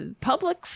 public